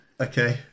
okay